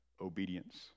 obedience